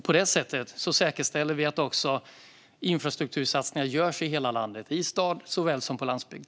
På detta sätt säkerställer vi också att infrastruktursatsningar görs i hela landet, i stad såväl som på landsbygd.